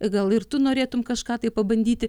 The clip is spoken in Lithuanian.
gal ir tu norėtum kažką tai pabandyti